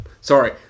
Sorry